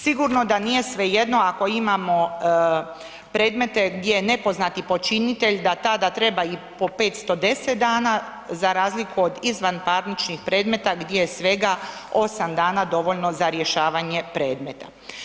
Sigurno da nije svejedno ako imamo predmete gdje je nepoznati počinitelj da tada treba i po 510 dana za razliku od izvanparničkih predmeta gdje je svega 8 dana dovoljno za rješavanje predmeta.